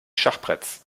schachbretts